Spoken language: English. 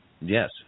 Yes